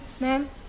ma'am